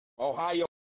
Ohio